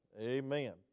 amen